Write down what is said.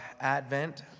Advent